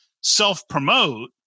self-promote